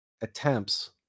attempts